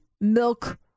milk